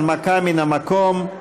הנמקה מן המקום.